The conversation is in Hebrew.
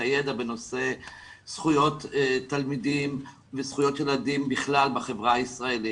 הידע בנושא זכויות תלמידים וזכויות ילדים בכלל בחברה הישראלית.